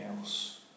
else